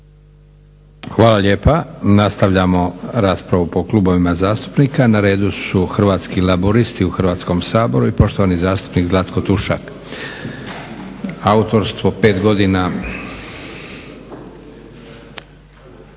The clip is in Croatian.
Hvala lijepa. Nastavljamo raspravu po klubovima zastupnika. Na redu su Hrvatski laburisti u Hrvatskom saboru i poštovani zastupnik Zlatko Tušak. Autorstvo 5 godina.